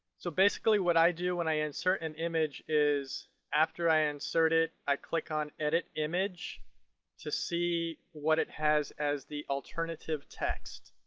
so basically what i do when i insert an image is after i i insert it i click on edit image to see what it has as the alternative text.